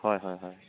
হয় হয়